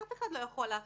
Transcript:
אף אחד לא יכול להכריח,